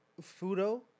Fudo